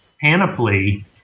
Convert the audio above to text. panoply